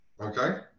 Okay